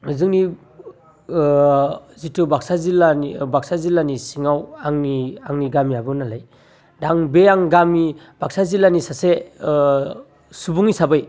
जोंनि जिथु बाकसा जिल्लानि बाकसा जिल्लानि सिङाव आंनि आंनि गामियाबो नालाय दा आं गामि बाकसा जिल्लानि सासे सुबुं हिसाबै